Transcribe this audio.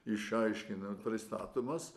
išaiškinant pristatomas